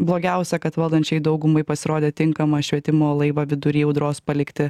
blogiausia kad valdančiajai daugumai pasirodė tinkama švietimo laivą vidury audros palikti